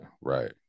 right